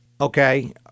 Okay